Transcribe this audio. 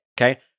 okay